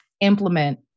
implement